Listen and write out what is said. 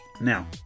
Now